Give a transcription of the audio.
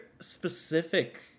specific